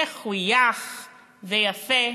מחויך ויפה,